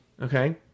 okay